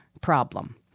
problem